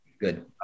Good